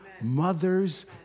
mothers